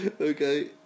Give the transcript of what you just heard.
Okay